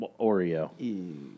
Oreo